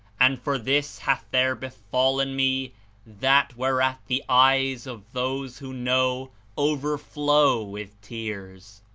and for this hath there befallen me that whereat the eyes of those who know over flow with tears.